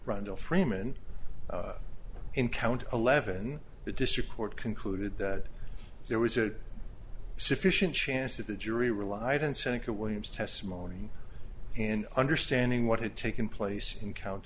rundle freeman in count eleven the district court concluded that there was a sufficient chance that the jury relied on seneca williams testimony in understanding what had taken place in count